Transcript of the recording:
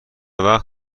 وقت